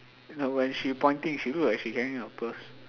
no when she pointing she look like she carrying a purse